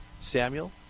Samuel